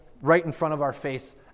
right-in-front-of-our-face